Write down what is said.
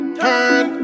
turn